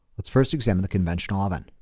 let's first examine the conventional oven,